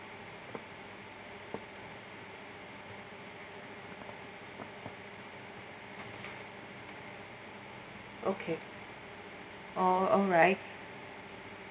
okay oh alright